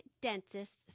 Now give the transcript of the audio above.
dentist's